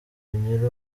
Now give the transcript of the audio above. nyiri